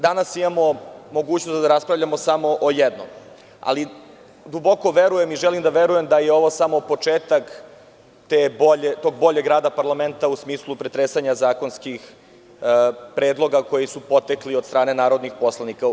Danas imamo mogućnost da raspravljamo samo o jednom, ali duboko verujem i želim da verujem da je ovo samo početak tog boljeg rada parlamenta u smislu pretresanja zakonskih predloga koji su potekli od strane narodnih poslanika.